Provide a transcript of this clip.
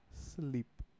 sleep